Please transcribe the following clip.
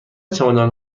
چمدان